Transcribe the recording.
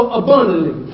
abundantly